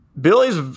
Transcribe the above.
Billy's